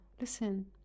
Listen